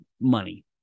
money